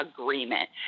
agreement